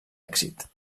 èxit